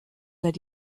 seit